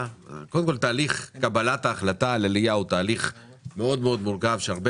תהליך קבלת ההחלטה על עלייה הוא תהליך מאוד מורכב שהרבה